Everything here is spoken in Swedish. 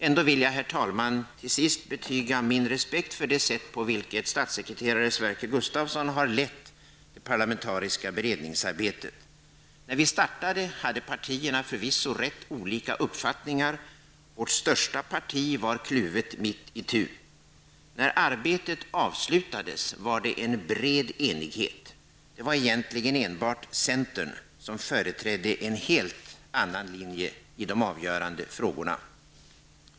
Ändå vill jag, herr talman, betyga min respekt för det sätt på vilket statssekreterare Sverker Gustavsson har lett det parlamentariska beredningsarbetet. När vi startade hade partierna förvisso rätt olika uppfattningar. Vårt största parti var kluvet mitt itu. När arbetet avslutades var det en bred enighet. Det var egentligen bara centern som företrädde en helt annan linje i de avgörande frågorna.